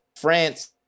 France